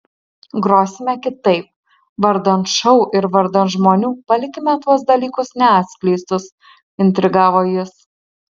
grosime kitaip vardan šou ir vardan žmonių palikime tuos dalykus neatskleistus intrigavo jis